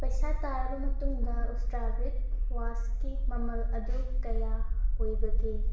ꯄꯩꯁꯥ ꯇꯥꯔꯕ ꯃꯇꯨꯡꯗ ꯎꯁꯇ꯭ꯔꯥ ꯕ꯭ꯔꯤꯠ ꯋꯥꯁꯒꯤ ꯃꯃꯜ ꯑꯗꯨ ꯀꯌꯥ ꯑꯣꯏꯕꯒꯦ